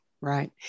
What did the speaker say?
right